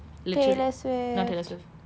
literall~ not taylor swift